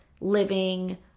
living